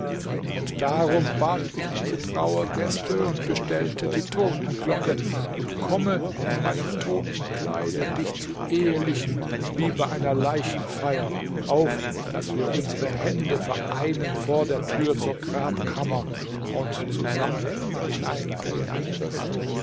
und darum bat ich diese trauergäste und bestellte die totenglocke und komme in meinem totenkleide dich zu ehelichen wie bei einer leichenfeier auf daß wir unsere hände vereinen vor der tür zur grabkammer und zusammen hineingehen